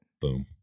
Boom